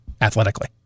athletically